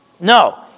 no